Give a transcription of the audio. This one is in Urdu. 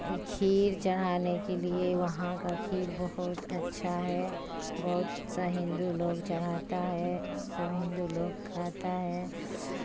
کھیر چڑھانے کے لیے وہاں کا کھیر بہت اچھا ہے بہت سا ہندو لوگ چڑھاتا ہے سب ہندو لوگ کھاتا ہے